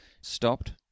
stopped